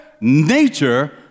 nature